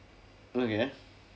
okay